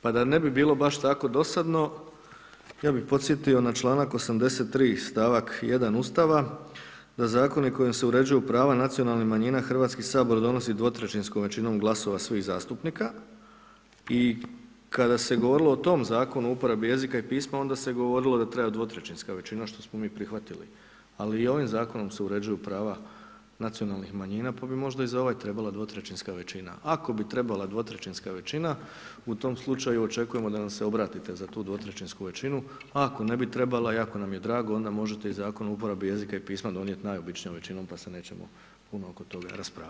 Pa da ne bi bilo baš tako dosadno, ja bi podsjetio na članak 83. stavak 1. Ustava, da zakoni kojim se uređuju prava nacionalnih manjina Hrvatski sabor donosi dvotrećinskom većinom glasova svih zastupnika i kada se govorilo o tom zakonu o uporabi jezika i pisma onda se govorilo da treba dvotrećinska većina što smo mi prihvatili, ali i ovim zakonom se uređuju prava nacionalnih manjina, pa bi možda i za ovaj trebala dvotrećinska većina, ako bi trebala dvotrećinska većina u tom slučaju očekujemo da nam se obratite za tu dvotrećinsku većinu, a ako ne bi trebala jako nam je drago onda možete i zakon o uporabi jezika i pisma donijet najobičnijom većinom pa se nećemo puno oko toga raspravljat.